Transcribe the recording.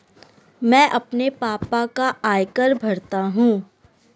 मैं अपने पापा का आयकर भरता हूं